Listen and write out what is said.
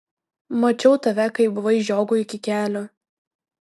mačiau tave kai buvai žiogui iki kelių